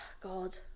God